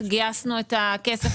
גייסנו את הכסף.